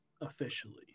officially